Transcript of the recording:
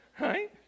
right